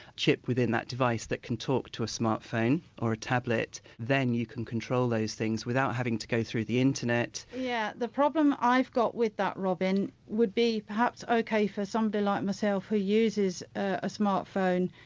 chip within that device that can talk to a smartphone or a tablet then you can control those things without having to go through the internet yeah the problem i've got with that robin would be perhaps okay for somebody like myself who uses a smartphone,